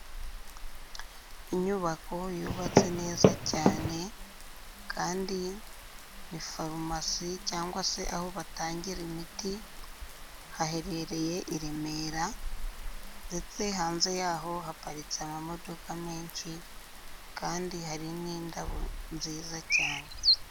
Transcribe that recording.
Inyubako yubatse neza cyane kandi ni farumasi cyangwa se aho batangira imiti, haherereye i Remera ndetse hanze yaho haparitse amamodoka menshi kandi hari n'indabo nziza cyane.